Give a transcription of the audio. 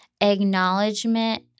acknowledgement